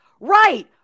Right